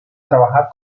trabajar